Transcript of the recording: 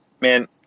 man